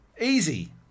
Easy